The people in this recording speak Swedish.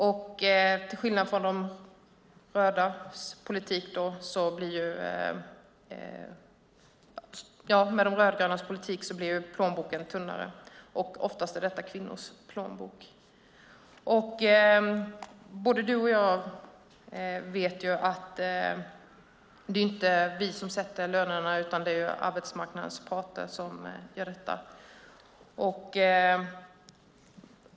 Med de rödgrönas politik blir plånboken tunnare, och oftast är det kvinnors plånbok. Både du och jag vet att det inte är vi som sätter lönerna, utan att det är arbetsmarknadens parter som gör det.